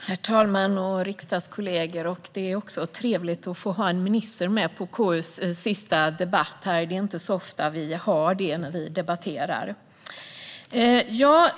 Herr talman och riksdagskollegor! Det är trevligt att också få ha en minister med vid KU:s sista debatt - det är inte så ofta vi har det när vi debatterar.